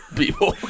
people